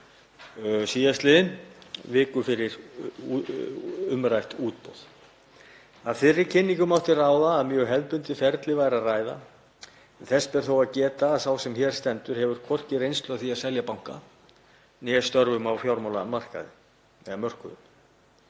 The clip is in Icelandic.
sl., viku fyrir umrætt útboð. Af þeirri kynningu mátti ráða að um mjög hefðbundið ferli væri að ræða en þess ber þó að geta að sá sem hér stendur hefur hvorki reynslu af því að selja banka né af störfum á fjármálamörkuðum.